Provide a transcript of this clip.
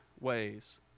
ways